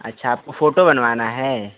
अच्छा आपको फोटो बनवाना है